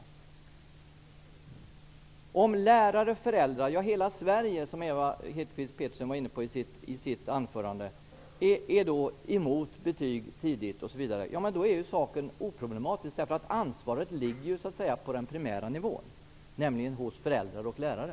Om lärare och föräldrar -- eller hela Sverige, som Ewa Hedkvist Petersen var inne på i sitt anförande -- är emot betyg tidigt i skolan, då är saken oproblematisk. Då ligger ansvaret på den primära nivån, nämligen hos föräldrar och lärare.